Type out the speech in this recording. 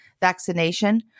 vaccination